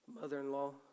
mother-in-law